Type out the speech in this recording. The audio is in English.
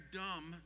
dumb